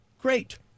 Great